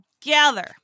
together